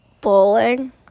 bowling